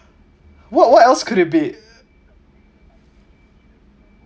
what what else could it be